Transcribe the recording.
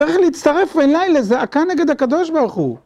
איך להצטרף אלי לזעקה נגד הקדוש ברוך הוא.